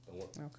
Okay